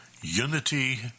Unity